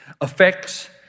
affects